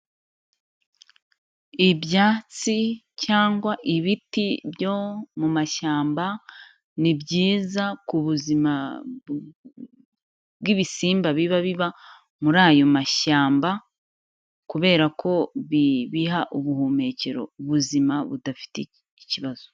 Ibyatsi cyangwa ibiti byo mu mashyamba ni byiza ku buzima bw'ibisimba biba biba muri ayo mashyamba kubera ko bibiha ubuhumekero ubuzima budafite ikibazo.